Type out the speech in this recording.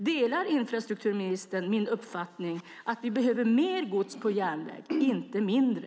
Delar infrastrukturministern min uppfattning att vi behöver mer gods på järnväg och inte mindre?